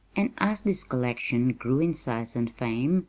and as this collection grew in size and fame,